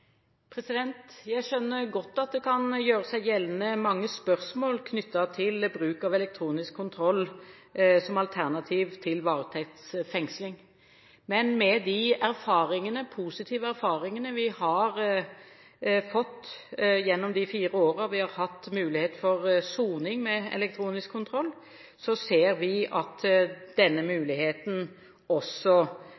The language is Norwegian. med? Jeg skjønner godt at det kan gjøre seg gjeldende mange spørsmål knyttet til bruk av elektronisk kontroll som alternativ til varetektsfengsling. Men med de positive erfaringene vi har fått gjennom de fire årene vi har hatt mulighet for soning med elektronisk kontroll, ser vi at det bør åpnes også for denne